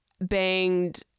banged